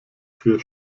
für